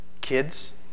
Kids